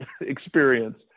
experience